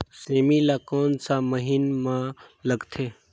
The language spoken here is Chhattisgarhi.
सेमी ला कोन सा महीन मां लगथे?